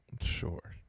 Sure